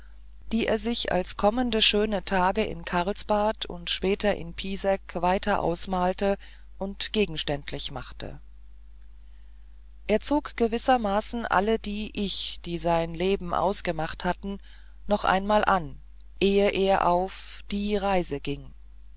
die er sich als kommende schöne tage in karlsbad und später in pisek weiter ausmalte und gegenständlich machte er zog gewissermaßen alle die ich die sein leben ausgemacht hatten noch einmal an ehe er auf die reise ging